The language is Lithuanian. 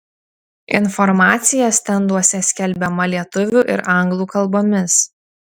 informacija stenduose skelbiama lietuvių ir anglų kalbomis